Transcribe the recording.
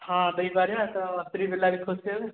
ହଁ ଦେଇପାରିବା ତ ସ୍ତ୍ରୀ ପିଲା ବି ଖୁସି ହେବେ